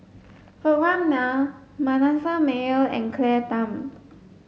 Vikram Nair Manasseh Meyer and Claire Tham